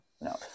No